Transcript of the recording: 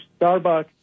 Starbucks